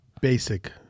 Basic